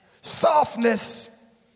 softness